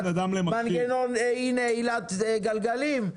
מנגנון אי נעילת גלגלים.